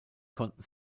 konnten